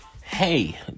hey